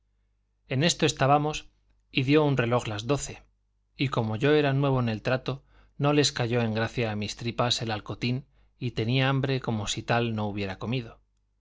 en esto estábamos y dio un reloj las doce y como yo era nuevo en el trato no les cayó en gracia a mis tripas el alcotín y tenía hambre como si tal no hubiera comido